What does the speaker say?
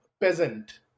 peasant